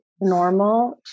normal